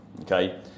okay